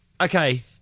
Okay